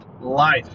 Life